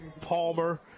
Palmer